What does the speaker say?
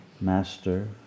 master